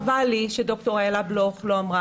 חבל לי למשל שד"ר אילה בלוך לא אמרה